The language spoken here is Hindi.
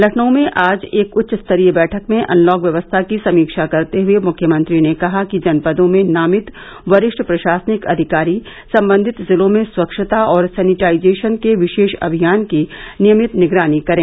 लखनऊ में आज एक उच्च स्तरीय बैठक में अनलॉक व्यवस्था की समीक्षा करते हए मुख्यमंत्री ने कहा कि जनपदों में नामित वरिष्ठ प्रशासनिक अधिकारी सम्बंधित जिलों में स्वच्छता और सैनिटाइजेशन के विशेष अभियान की नियमित निगरानी करें